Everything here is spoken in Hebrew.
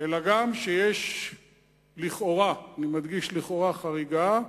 אלא גם כשיש לכאורה, אני מדגיש, לכאורה, חריגה,